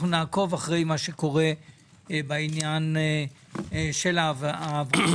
אנחנו נעקוב אחרי מה שקורה בעניין תוכנית ההבראה